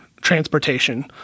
transportation